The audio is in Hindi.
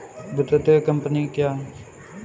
वित्तीय कम्पनी क्या है?